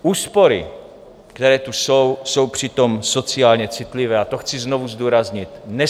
Úspory, které tu jsou, jsou přitom sociálně citlivé, to chci znovu zdůraznit.